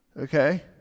okay